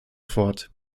fort